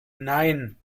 nein